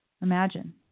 Imagine